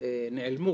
נעלמו